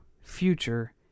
future